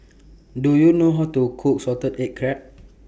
Do YOU know How to Cook Salted Egg Crab